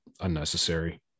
unnecessary